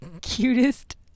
cutest